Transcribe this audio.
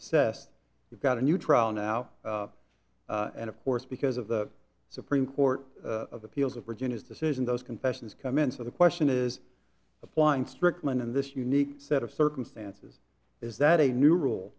assessed we've got a new trial now and of course because of the supreme court of appeals of virginia's decision those confessions come in so the question is applying strickland in this unique set of circumstances is that a new rule